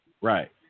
Right